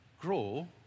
grow